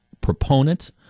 proponent